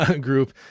group